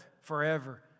forever